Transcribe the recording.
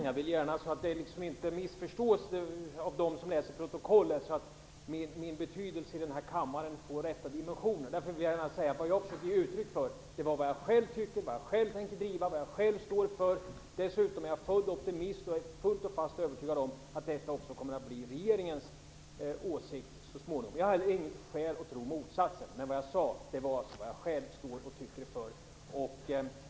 Fru talman! För att den som läser protokollet inte skall missförstå det hela och för att min betydelse skall få riktiga proportioner vill jag gärna säga att vad jag har försökt att ge uttryck för är det som jag själv tycker, tänker driva och står för. Dessutom är jag född optimist. Jag är fullt och fast övertygad om att det jag sagt så småningom kommer att vara också regeringens åsikt. Jag har inget skäl att tro motsatsen. Vad jag sagt är alltså vad jag själv står för och tycker.